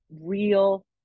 real